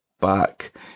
back